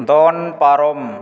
ᱫᱚᱱ ᱯᱟᱨᱚᱢ